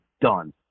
done